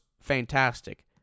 fantastic